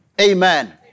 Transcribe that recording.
Amen